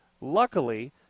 luckily